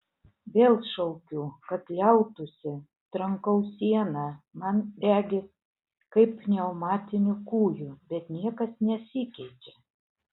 vėl šaukiu kad liautųsi trankau sieną man regis kaip pneumatiniu kūju bet niekas nesikeičia